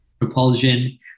propulsion